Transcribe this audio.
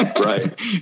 right